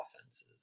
offenses